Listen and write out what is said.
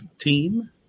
team